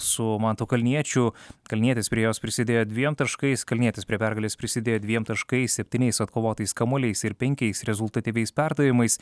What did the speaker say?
su mantu kalniečiu kalnietis prie jos prisidėjo dviem taškais kalnietis prie pergalės prisidėjo dviem taškaisseptyniais atkovotais kamuoliais ir penkiais rezultatyviais perdavimais